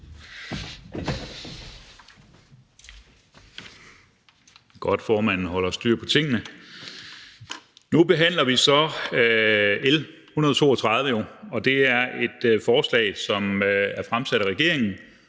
Nu behandler vi jo så L 132, og det er et forslag, som er fremsat af regeringen,